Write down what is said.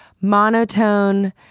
monotone